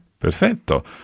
Perfetto